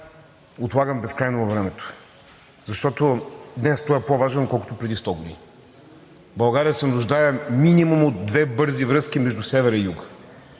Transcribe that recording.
отлаган безкрайно във времето, защото днес той е по-важен, отколкото преди 100 години. България се нуждае минимум от две бързи връзки между Севера и Юга,